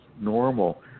normal